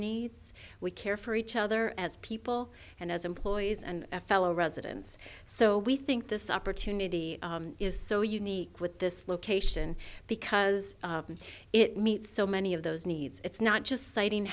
needs we care for each other as people and as employees and fellow residents so we think this opportunity is so unique with this location because it meets so many of those needs it's not just citing